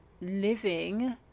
living